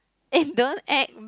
eh don't act